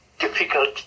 difficult